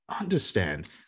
Understand